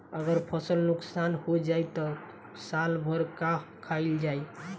अगर फसल नुकसान हो जाई त साल भर का खाईल जाई